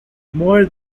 more